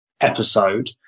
episode